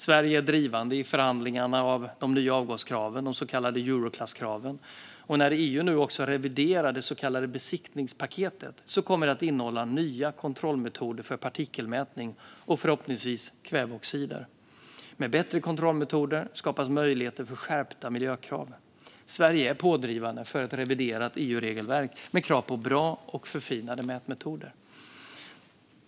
Sverige är drivande i förhandlingarna om de nya avgaskraven, de så kallade Euroklasskraven. När EU nu också reviderar det så kallade besiktningspaketet kommer det att innehålla nya kontrollmetoder för partikelmätning och förhoppningsvis kväveoxider. Med bättre kontrollmetoder skapas möjligheter för skärpta miljökrav. Sverige är pådrivande för ett reviderat EU-regelverk med krav på bra och förfinade mätmetoder.